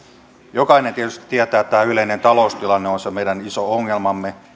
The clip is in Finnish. jokainen tietysti tietää että yleinen taloustilanne on se meidän iso ongelmamme